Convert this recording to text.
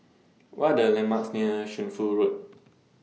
What Are The landmarks near Shunfu Road